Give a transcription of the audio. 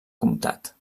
comtat